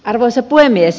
arvoisa puhemies